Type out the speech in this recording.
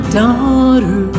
daughter